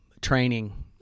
training